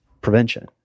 prevention